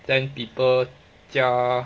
ten people 加